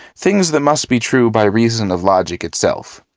things that must be true by reason of logic itself.